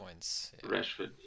Rashford